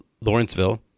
lawrenceville